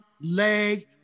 leg